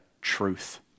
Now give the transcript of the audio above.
truth